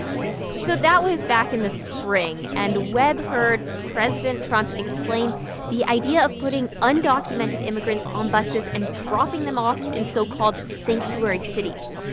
people. so that was back in the spring. and webb heard president trump explain the idea of putting undocumented immigrants on buses and dropping them off in so-called sanctuary cities.